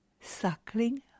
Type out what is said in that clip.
suckling